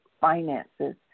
finances